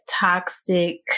toxic